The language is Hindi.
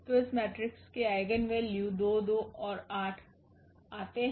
तो इस मेट्रिक्स के आइगेन वैल्यू 2 2 और 8 आते हैं